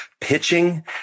pitching